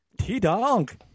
T-Donk